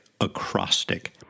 acrostic